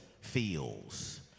feels